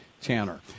Tanner